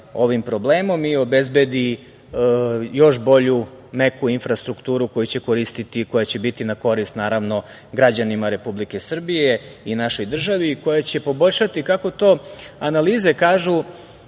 ovim problemom i obezbedi još bolju meku infrastrukturu koju će koristiti i koja će biti na korist građanima Republike Srbije i našoj državi i koja će poboljšati, kako to analize kažu,